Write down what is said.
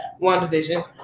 WandaVision